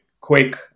quick